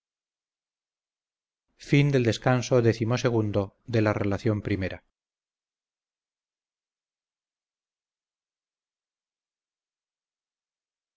a la relación